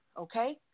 okay